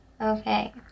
Okay